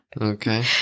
Okay